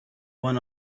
one